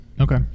Okay